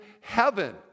heaven